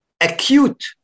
acute